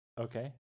Okay